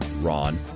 Ron